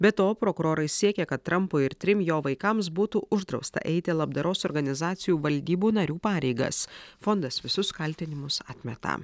be to prokurorai siekia kad trampui ir trim jo vaikams būtų uždrausta eiti labdaros organizacijų valdybų narių pareigas fondas visus kaltinimus atmeta